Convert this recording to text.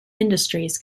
industries